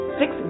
six